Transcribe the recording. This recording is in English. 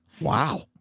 Wow